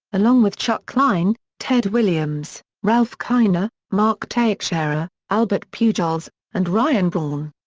along with chuck klein, ted williams, ralph kiner, mark teixeira, albert pujols, and ryan braun.